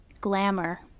Glamour